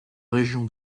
région